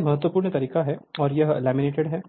तो यह महत्वपूर्ण तरीका है और यह लैमिनेटेड है